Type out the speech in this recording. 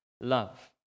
love